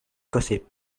gossip